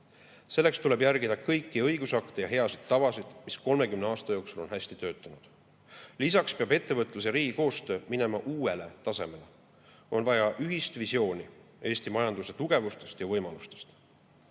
Selleks tuleb järgida kõiki õigusakte ja häid tavasid, mis 30 aasta jooksul on hästi töötanud. Lisaks peab ettevõtluse ja riigi koostöö minema uuele tasemele. On vaja ühist visiooni Eesti majanduse tugevustest ja võimalustest.